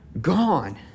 gone